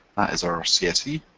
is our csv,